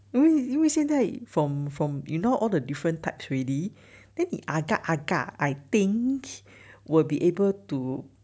因为因为现在 from from you know all the different types already then he agak agak I think will be able to